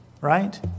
right